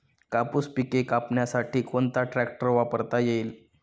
कापूस पिके कापण्यासाठी कोणता ट्रॅक्टर वापरता येईल?